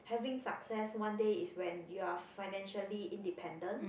having success one day is when you're financially independent